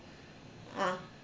ah